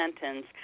sentence